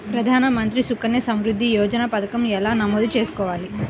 ప్రధాన మంత్రి సుకన్య సంవృద్ధి యోజన పథకం ఎలా నమోదు చేసుకోవాలీ?